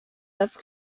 have